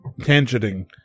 tangenting